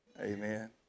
Amen